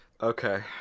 Okay